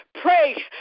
pray